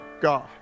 God